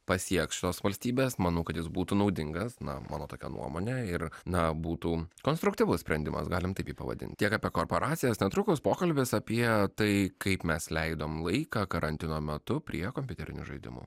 pasieks tos valstybės manau kad jis būtų naudingas na mano tokia nuomonė ir na būtų konstruktyvus sprendimas galim taip jį pavadint tiek apie korporacijas netrukus pokalbis apie tai kaip mes leidom laiką karantino metu prie kompiuterinių žaidimų